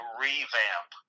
revamp